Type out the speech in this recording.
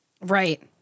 Right